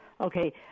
Okay